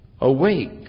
Awake